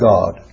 God